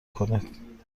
کنید